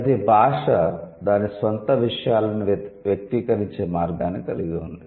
ప్రతి భాష దాని స్వంత విషయాలను వ్యక్తీకరించే మార్గాన్ని కలిగి ఉంది